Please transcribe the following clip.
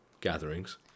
gatherings